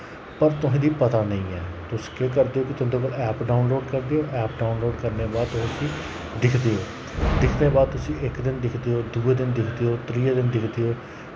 पर तोहें दी पता नेईं ऐ तुस केह् करदे कि तुंदे कोल ऐप डाउनलोड करदे ओ ऐप डाउनलोड करने दे बाद तुस उस्सी दिक्खदे ओ दिक्खने दे बाद तुसी इक दिन दिक्खदे ओ दुए दिन दिक्खदे ओ त्रियें दिन दिक्खदे ओ